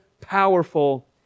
powerful